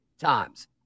times